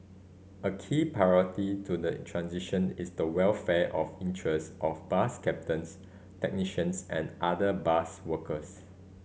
a key priority to the transition is the welfare of interest of bus captains technicians and other bus workers